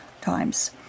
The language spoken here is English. times